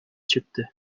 çıktı